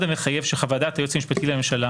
המחייב של חוות-דעת היועץ המשפטי לממשלה